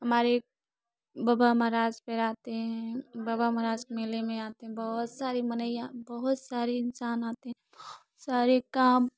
हमारे बाबा महाराज पे आते हैं बाबा महाराज के मेले में आते हैं बहुत सारी मने यहाँ बहुत सारे इंसान आते हैं सारे काम